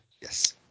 yes